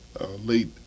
late